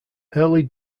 early